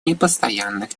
непостоянных